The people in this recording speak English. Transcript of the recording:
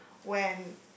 when